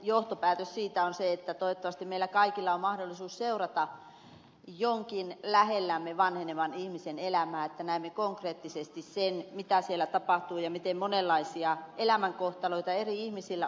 johtopäätös tästä keskustelusta on se että toivottavasti meillä kaikilla on mahdollisuus seurata jonkin lähellämme vanhenevan ihmisen elämää että näemme konkreettisesti sen mitä siellä tapahtuu ja miten monenlaisia elämänkohtaloita eri ihmisillä on